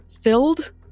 filled